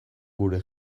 gure